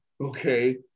Okay